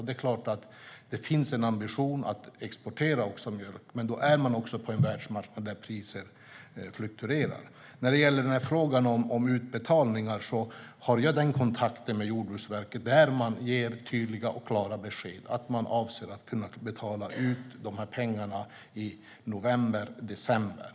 Det är klart att det finns en ambition att också exportera mjölk, men då är man på en världsmarknad där priserna fluktuerar. När det gäller frågan om utbetalningar har jag kontakt med Jordbruksverket, och där ger man tydliga och klara besked om att man avser att kunna betala ut de här pengarna i november-december.